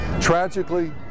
Tragically